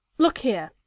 look here,